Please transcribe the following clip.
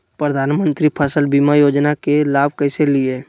प्रधानमंत्री फसल बीमा योजना के लाभ कैसे लिये?